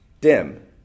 dim